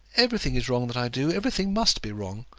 everything is wrong that i do everything must be wrong.